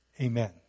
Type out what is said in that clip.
Amen